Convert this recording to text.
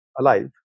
alive